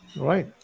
Right